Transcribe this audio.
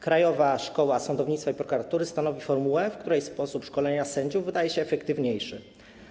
Krajowa Szkoła Sądownictwa i Prokuratury stanowi formułę w której sposób szkolenia sędziów wydaje się efektywniejszy.